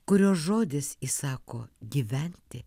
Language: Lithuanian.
kurios žodis įsako gyventi